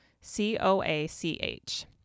C-O-A-C-H